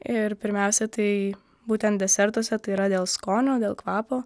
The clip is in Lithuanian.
ir pirmiausia tai būtent desertuose tai yra dėl skonio dėl kvapo